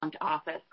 office